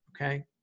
okay